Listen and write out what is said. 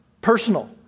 personal